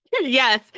Yes